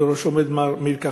שבראשו עומר מר מאיר כחלון.